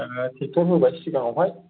tractor होबाय सिगाङावहाय